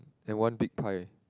then one big pie